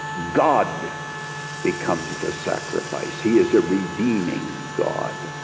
god becomes the sacrifice. he is a redeeming god.